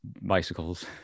bicycles